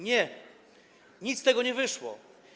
Nie, nic z tego nie wyszło.